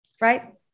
right